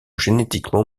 génétiquement